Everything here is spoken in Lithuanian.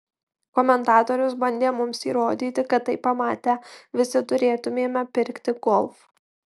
komentatorius bandė mums įrodyti kad tai pamatę visi turėtumėme pirkti golf